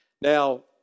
Now